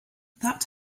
that